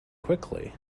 quickly